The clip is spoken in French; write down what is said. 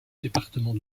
département